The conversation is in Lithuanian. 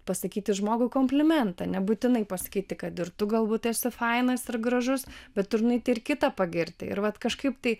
pasakyti žmogui komplimentą nebūtinai pasakyti kad ir tu galbūt esi fainas ir gražus bet turi nueiti ir kitą pagirti ir vat kažkaip tai